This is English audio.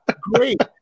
great